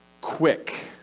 quick